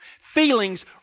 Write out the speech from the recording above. Feelings